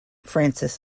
francis